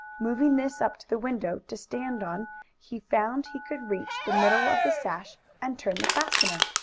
moving this up to the window to stand on he found he could reach the middle of the sash, and turn the fastener.